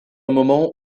moment